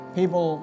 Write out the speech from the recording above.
people